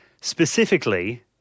specifically